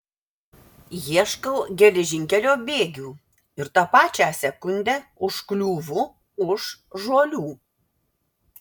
ieškau geležinkelio bėgių ir tą pačią sekundę užkliūvu už žuolių